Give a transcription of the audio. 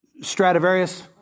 Stradivarius